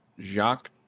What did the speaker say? Jacques